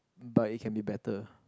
but it can be better